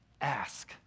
ask